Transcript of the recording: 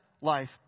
life